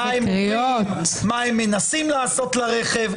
מה הם מנסים לעשות לרכב.